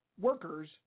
workers